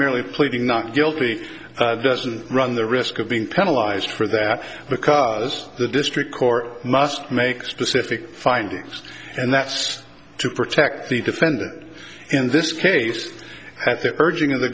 merely pleading not guilty doesn't run the risk of being paralyzed for that because the district court must make specific findings and that's to protect the defendant in this case at the urging of the